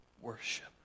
worship